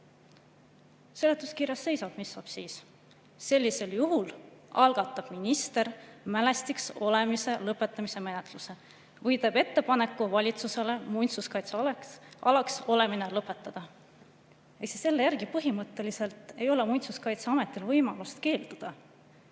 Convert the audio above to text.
Seletuskirjas seisab, mis saab siis. Sellisel juhul algatab minister mälestiseks olemise lõpetamise menetluse või teeb ettepaneku valitsusele muinsuskaitsealaks olemine lõpetada. Ehk selle järgi ei ole Muinsuskaitseametil põhimõtteliselt